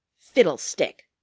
fiddlestick!